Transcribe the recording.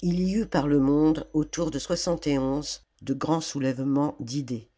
il y eut par le monde autour de de grands soulèvements d'idées